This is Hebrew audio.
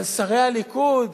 אבל שרי הליכוד,